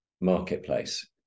marketplace